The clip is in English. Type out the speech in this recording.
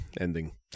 ending